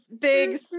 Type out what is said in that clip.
big